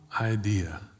idea